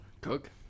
cook